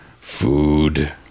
food